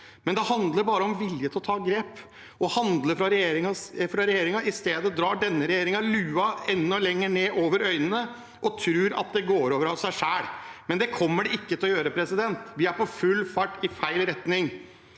der. Det handler bare om vilje til å ta grep – å handle fra regjeringens side. I stedet drar denne regjeringen luen enda lenger ned over øynene og tror at det går over av seg selv. Men det kommer det ikke til å gjøre. Vi er på full fart i feil retning.